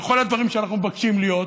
וכל הדברים שאנחנו מבקשים להיות,